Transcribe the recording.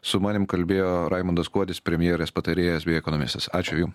su manim kalbėjo raimundas kuodis premjerės patarėjas bei ekonomistas ačiū jum